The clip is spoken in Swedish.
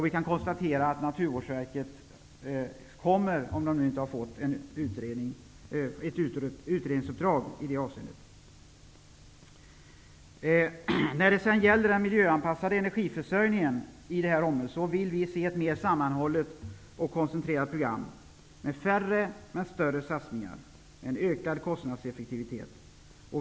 Vi konstaterar att Naturvårdsverket kommer att få ett utredningsuppdrag i det avseendet. Vidare har vi frågan om en miljöanpassad energiförsörjning. Vi vill se ett mer sammanhållet och koncentrerat program med färre men större satsningar och ökad kostnadseffektivitet.